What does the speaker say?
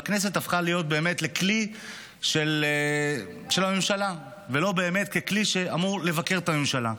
והכנסת הפכה להיות לכלי של הממשלה ולא באמת כלי שאמור לבקר את הממשלה.